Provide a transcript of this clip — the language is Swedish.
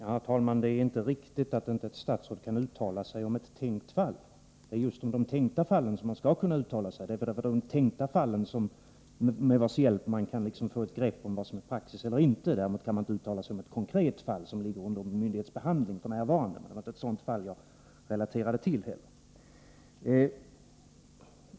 Herr talman! Det är inte riktigt att ett statsråd inte kan uttala sig om ett tänkt fall. Det är just om de tänkta fallen som man skall kunna uttala sig, för det är med hjälp av de tänkta fallen som man kan få ett grepp om vad som är praxis eller inte. Däremot kan man inte uttala sig om ett konkret fall som är under myndighets behandling — och det var inte heller ett sådant fall som jag relaterade.